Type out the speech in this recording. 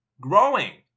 Growing